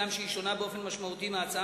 הגם שהיא שונה באופן משמעותי מההצעה